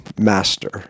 Master